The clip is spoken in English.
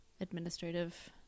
administrative